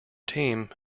team